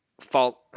fault